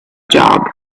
job